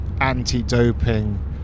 anti-doping